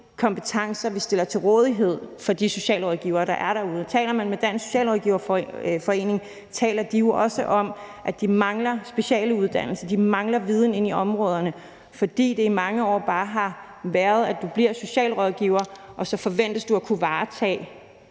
kompetencer, vi stiller til rådighed for de socialrådgivere, der er derude. Taler man med Dansk Socialrådgiverforening, taler de jo også om, at de mangler specialuddannelse og viden om områderne, fordi det i mange år bare har været sådan, at når du bliver socialrådgiver, så forventes det, at du kan varetage